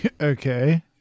okay